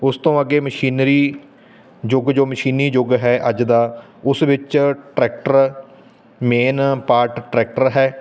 ਉਸ ਤੋਂ ਅੱਗੇ ਮਸ਼ੀਨਰੀ ਯੁੱਗ ਜੋ ਮਸ਼ੀਨੀ ਯੁੱਗ ਹੈ ਅੱਜ ਦਾ ਉਸ ਵਿੱਚ ਟਰੈਕਟਰ ਮੇਨ ਪਾਰਟ ਟਰੈਕਟਰ ਹੈ